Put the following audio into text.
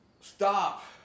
stop